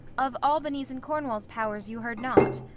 of albany's and cornwall's powers you heard not?